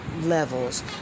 levels